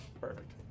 Perfect